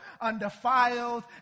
undefiled